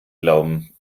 glauben